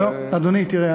אדוני תראה,